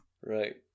Right